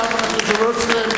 welcome to Jerusalem,